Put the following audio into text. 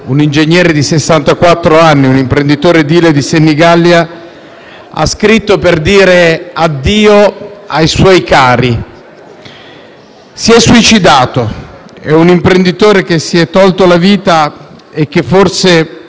ha scritto per dire addio ai suoi cari. Si è suicidato. È un imprenditore che si è tolto la vita e che forse avrebbe potuto avere un po' più di